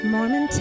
Mormon